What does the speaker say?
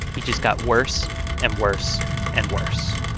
he just got worse and worse and worse.